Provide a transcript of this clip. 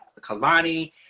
Kalani